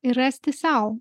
ir rasti sau